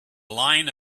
line